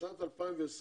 בשנת 2020,